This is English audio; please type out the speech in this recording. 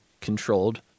controlled